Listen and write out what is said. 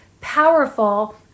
powerful